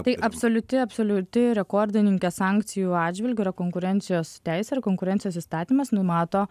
tai absoliuti absoliuti rekordininkė sankcijų atžvilgiu yra konkurencijos teisė ir konkurencijos įstatymas numato